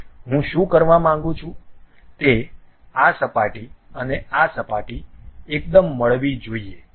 હું શું કરવા માંગુ છું તે આ સપાટી અને આ સપાટી એકદમ મળવી જોઈએ છે